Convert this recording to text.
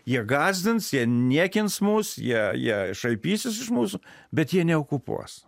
jie gąsdins jie niekins mus jie jie šaipysis iš mūsų bet jie neokupuos